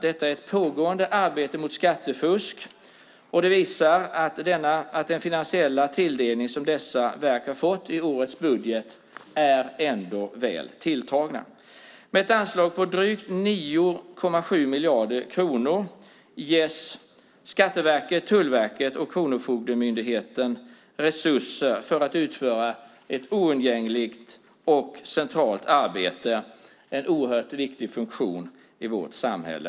Detta är ett pågående arbete mot skattefusk, och det visar att den finansiella tilldelning som dessa verk har fått i årets budget ändå är väl tilltagen. Med ett anslag på drygt 9,7 miljarder kronor ges Skatteverket, Tullverket och Kronofogdemyndigheten resurser för att utföra ett oundgängligt och centralt arbete - en oerhört viktig funktion i vårt samhälle.